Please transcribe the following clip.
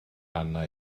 arna